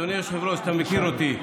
אדוני היושב-ראש, אתה מכיר אותי.